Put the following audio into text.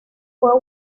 fue